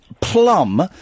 plum